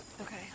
Okay